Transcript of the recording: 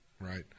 Right